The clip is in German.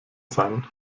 sein